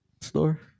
Store